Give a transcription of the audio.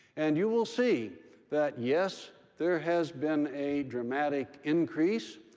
and you will see that yes, there has been a dramatic increase,